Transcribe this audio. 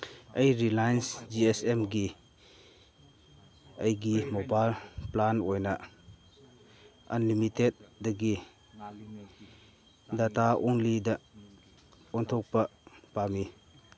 ꯑꯩ Reliance G S ꯑꯦꯝꯒꯤ ꯑꯩꯒꯤ ꯃꯣꯕꯥꯏꯜ ꯄ꯭ꯂꯥꯟ ꯑꯣꯏꯅ ꯑꯟꯂꯤꯃꯤꯇꯦꯠꯗꯒꯤ ꯗꯇꯥ ꯑꯣꯡꯂꯤꯗ ꯑꯣꯟꯊꯣꯛꯄ ꯄꯥꯝꯃꯤ